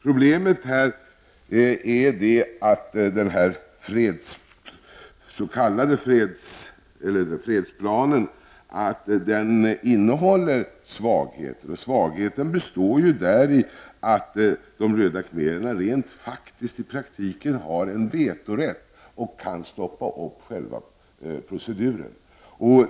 Problemet är att den s.k. fredsplanen innehåller svagheter. En svaghet består i att de röda khmererna i praktiken har en vetorätt och kan stoppa själva processen.